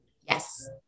Yes